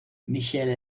michelle